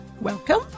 Welcome